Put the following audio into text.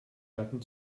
gatten